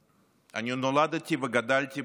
אני נולדתי וגדלתי במדינה